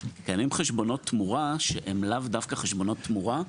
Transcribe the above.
קיימים חשבונות תמורה שהם לאו דווקא חשבונות תמורה.